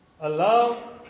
allow